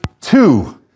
two